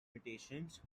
limitations